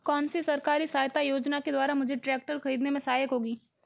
कौनसी सरकारी सहायता योजना के द्वारा मुझे ट्रैक्टर खरीदने में सहायक होगी?